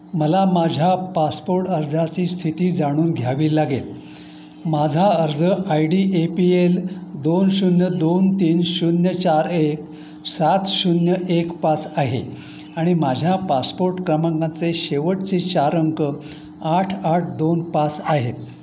मला माझ्या पासपोर्ट अर्जाची स्थिती जाणून घ्यावी लागेल माझा अर्ज I D A P L दोन शून्य दोन तीन शून्य चार एक सात शून्य एक पाच आहे आणि माझ्या पासपोर्ट क्रमांकाचे शेवटचे चार अंक आठ आठ दोन पाच आहेत